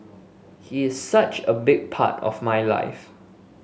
he is such a big part of my life